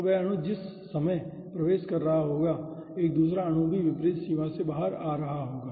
तो वह अणु जिस समय प्रवेश कर रहा होगा एक दूसरा अणु भी विपरीत सीमा से बाहर जा रहा होगा